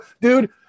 dude